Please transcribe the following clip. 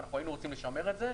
ואנחנו היינו רוצים לשמר את זה.